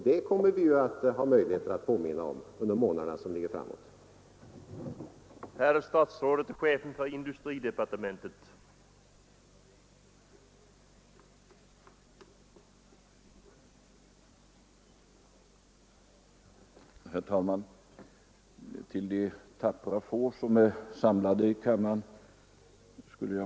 Det kommer vi att ha möjligheter att påminna om under de månader som ligger framför oss.